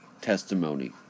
testimony